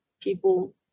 people